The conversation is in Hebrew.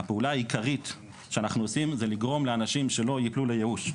הפעולה העיקרית שאנחנו עושים זה לגרום לאנשים שלא ייפלו לייאוש.